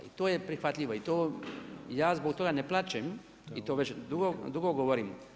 I to je prihvatljivo i to, ja zbog toga ne plaćam i to već dugo govorim.